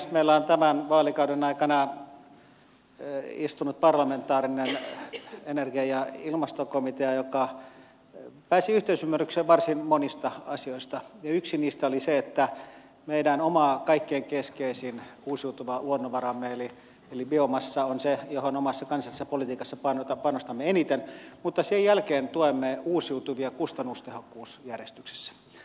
meillä on tämän vaalikauden aikana istunut parlamentaarinen energia ja ilmastokomitea joka pääsi yhteisymmärrykseen varsin monista asioista ja yksi niistä oli se että meidän oma kaikkein keskeisin uusiutuva luonnonvaramme eli biomassa on se johon omassa kansallisessa politiikassa panostamme eniten mutta sen jälkeen tuemme uusiutuvia kustannustehokkuusjärjestyksessä